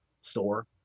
Store